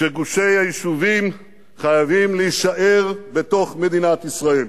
שגושי היישובים חייבים להישאר בתוך מדינת ישראל,